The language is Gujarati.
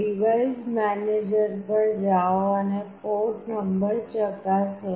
ડિવાઇસ મેનેજર પર જાઓ અને પોર્ટ નંબર ચકાસો